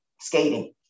skating